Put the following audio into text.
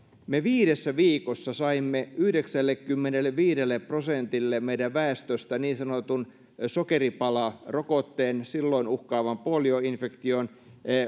me viidessä viikossa saimme yhdeksällekymmenelleviidelle prosentille meidän väestöstämme niin sanotun sokeripalarokotteen silloin uhkaavan polioinfektion